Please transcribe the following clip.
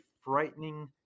frightening